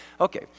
Okay